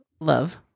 love